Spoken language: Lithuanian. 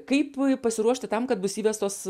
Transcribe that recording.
kaip pasiruošti tam kad bus įvestos